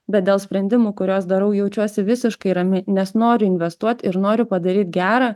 bet dėl sprendimų kuriuos darau jaučiuosi visiškai rami nes noriu investuot ir noriu padaryt gerą